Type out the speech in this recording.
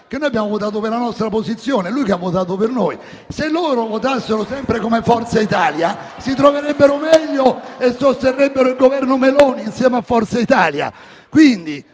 che noi abbiamo votato per la nostra posizione, è lui che ha votato con noi. Se loro votassero sempre come Forza Italia, si troverebbero meglio e sosterrebbero il Governo Meloni insieme a Forza Italia.